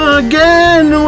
again